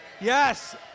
Yes